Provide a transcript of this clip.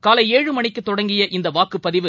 காலை ஏழு மணிக்குதொடங்கிய இந்தவாக்குப்பதிவு